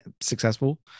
successful